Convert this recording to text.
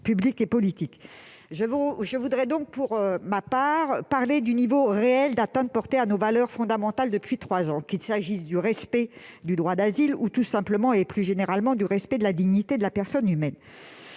Pour ma part, je me concentrerai sur le niveau réel d'atteintes portées à nos valeurs fondamentales depuis trois ans, qu'il s'agisse du respect du droit d'asile ou, tout simplement et plus généralement, du respect de la dignité de la personne humaine.